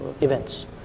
events